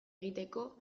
egiteko